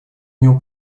нем